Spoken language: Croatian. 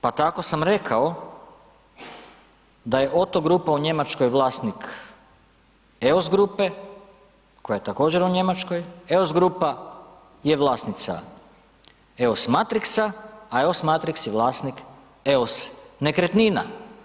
Pa tako sam rekao da je OTTO grupa u Njemačkoj vlasnih EIOS grupe koja je također u Njemačkoj, EOS grupa je vlasnica EOS Matrixa, a EOS Matrix je vlasnik EOS nekretnina.